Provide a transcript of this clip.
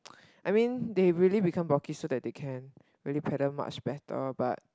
I mean they really become bulky so they can really paddle much better but